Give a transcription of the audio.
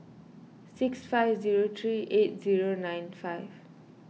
six five zero three eight zero nine five